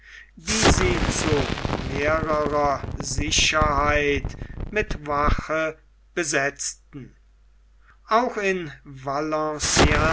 die sie zu mehrerer sicherheit mit wache besetzten auch in